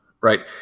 right